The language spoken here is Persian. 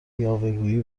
یاوهگویی